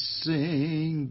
sing